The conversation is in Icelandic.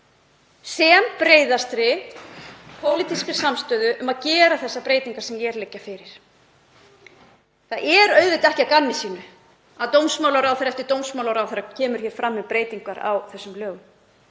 sem breiðastri pólitískri samstöðu um að gera þessar breytingar sem hér liggja fyrir. Það er auðvitað ekki til gamans gert að dómsmálaráðherra eftir dómsmálaráðherra kemur hér fram með breytingar á þessum lögum.